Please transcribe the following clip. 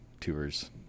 tours